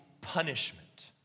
punishment